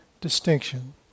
distinction